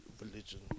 religion